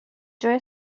جای